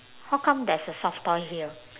how come there's a soft toy here